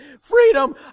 Freedom